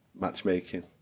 matchmaking